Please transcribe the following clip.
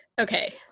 Okay